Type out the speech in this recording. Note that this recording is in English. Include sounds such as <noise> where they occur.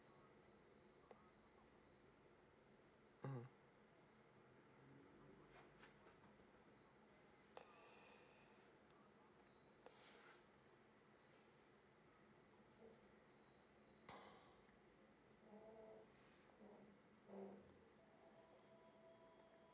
mmhmm <breath> <breath>